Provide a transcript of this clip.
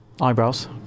Eyebrows